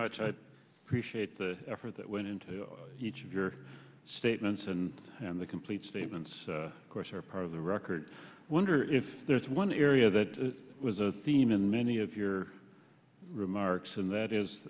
much i appreciate the effort that went into each of your statements and the complete statements of course are part of the record i wonder if there's one area that was a theme in many of your remarks and that is